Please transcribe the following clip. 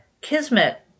Kismet